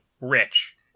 rich